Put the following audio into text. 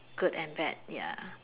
good and bad ya